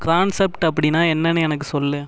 crankshaft அப்படின்னால் என்னென்னு எனக்கு சொல்